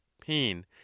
pain